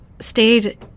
stayed